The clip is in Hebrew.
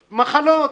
מחלות.